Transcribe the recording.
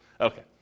okay